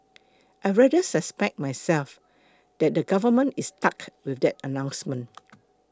I rather suspect myself that the government is stuck with that announcement